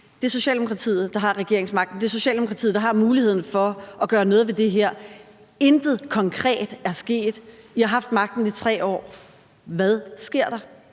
Det er Socialdemokratiet, der har regeringsmagten. Det er Socialdemokratiet, der har muligheden for at gøre noget ved det her. Intet konkret er sket. I har haft magten i 3 år. Hvad sker der?